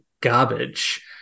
garbage